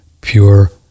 pure